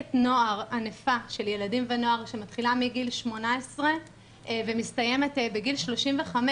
מחלקת נוער ענפה של ילדים ונוער שמתחילה מגיל 18 ומסתיימת בגיל 35,